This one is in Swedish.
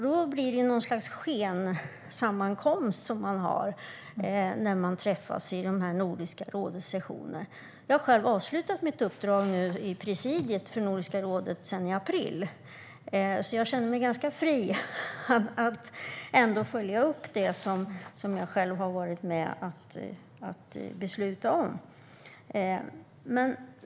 Då blir det något slags skensammankomst som man har när man träffas vid Nordiska rådets sessioner. Jag avslutade mitt uppdrag i presidiet för Nordiska rådet i april. Jag känner mig därför ganska fri att ändå följa upp det som jag själv har varit med att besluta om.